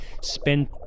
spend